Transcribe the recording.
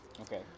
Okay